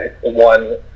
one